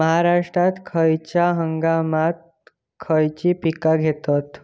महाराष्ट्रात खयच्या हंगामांत खयची पीका घेतत?